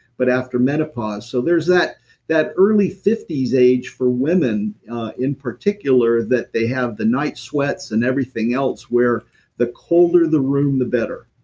but after menopause. so there is that that early fifty s age for women in particular, that they have the night sweats and everything else where the colder the room, the better